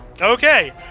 Okay